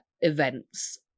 Events